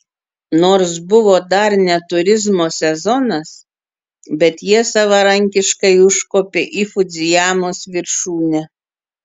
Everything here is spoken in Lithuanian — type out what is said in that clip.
nors buvo dar ne turizmo sezonas bet jie savarankiškai užkopė į fudzijamos viršūnę